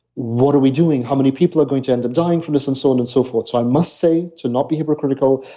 what are we doing? how many people are going to end up dying from this and so on and so forth. so i must say to not be hypocritical,